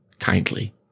Kindly